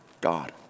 God